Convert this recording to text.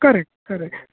correct correct